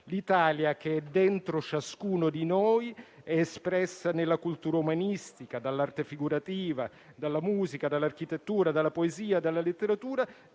L'Italia, che è dentro ciascuno di noi, è espressa nella cultura umanistica, dall'arte figurativa, dalla musica, dall'architettura, dalla poesia, dalla letteratura